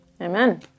Amen